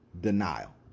denial